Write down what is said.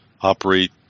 operate